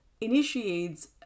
initiates